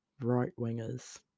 right-wingers